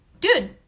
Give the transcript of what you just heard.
dude